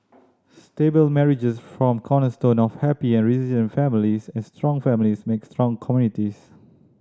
stable marriages form cornerstone of happy and resilient families and strong families make strong communities